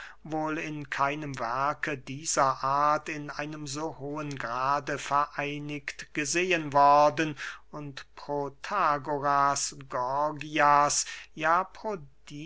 wohl in keinem werke dieser art in einem so hohen grade vereinigt gesehen worden und protagoras gorgias ja